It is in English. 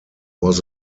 was